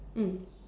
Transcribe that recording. mm